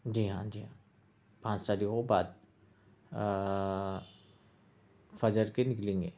جی ہاں جی ہاں پانچ تاریخ کو بعد فجر کے نکلیں گے